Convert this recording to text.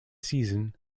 season